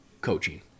coaching